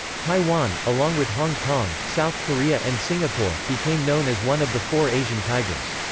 taiwan, along with hong kong, south korea and singapore, became known as one of the four asian tigers.